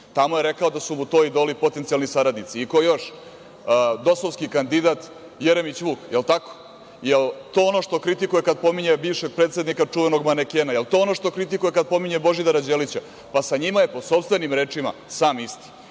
Tamo je rekao da su mu to idoli potencijalni saradnici.I ko još, dosovski kandidat Jeremić Vuk, jel tako? Jel to ono što kritikuje kada pominje bivšeg predsednika čuvenog manekena? Jel to ono što kritikuje kada pominje Božidara Đelića? Pa sa njima je po sopstvenim rečima, sam isti. Da